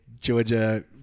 Georgia